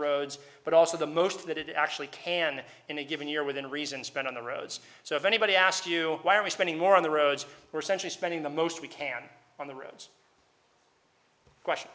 roads but also the most that it actually can in a given year within reason spend on the roads so if anybody asked you why are we spending more on the roads or century spending the most we can on the roads question